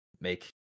make